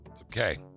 Okay